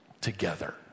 together